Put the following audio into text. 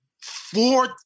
Four